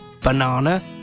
banana